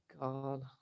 god